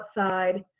outside